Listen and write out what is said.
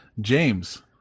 James